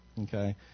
okay